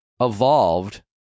evolved